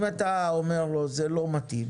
אם אתה אומר לו שזה לא מתאים